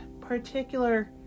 particular